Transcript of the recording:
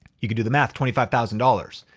you could do the math, twenty five thousand dollars.